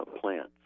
plants